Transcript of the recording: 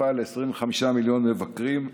חשיפה ל-25 מיליון מבקרים,